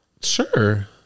Sure